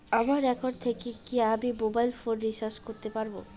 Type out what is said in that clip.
আমার একাউন্ট থেকে কি আমি মোবাইল ফোন রিসার্চ করতে পারবো?